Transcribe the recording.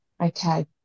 Okay